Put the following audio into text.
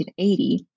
1980